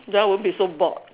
then I won't be so bored